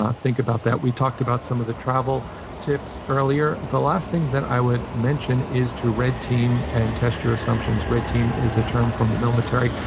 think about that. we talked about some of the travel tips earlier. the last thing that i would mention is to red team and test your assumptions. red team is a term from the military.